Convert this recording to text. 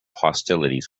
hostilities